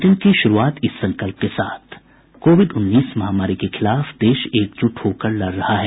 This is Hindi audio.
बुलेटिन की शुरूआत से पहले ये संकल्प कोविड उन्नीस महामारी के खिलाफ देश एकजुट होकर लड़ रहा है